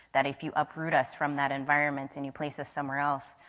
that if you uproot us from that environment and you place somewhere else,